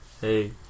Hey